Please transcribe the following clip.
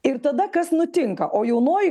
ir tada kas nutinka o jaunoji